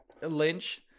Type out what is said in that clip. lynch